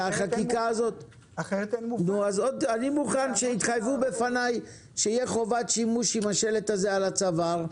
אני מוכן שיתחייבו בפניי שתהיה חובת שימוש בשלט הזה על הצוואר,